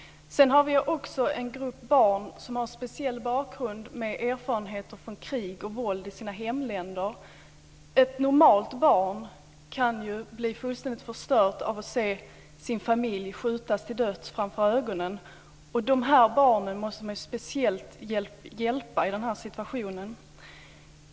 Sedan har vi en grupp barn som har en speciell bakgrund med erfarenhet av krig och våld i sina hemländer. Ett normalt barn kan bli fullständigt förstört av att se sin familj skjutas till döds framför ögonen. De här barnen måste vi speciellt hjälpa i deras situation.